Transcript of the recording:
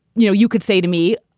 you know, you could say to me,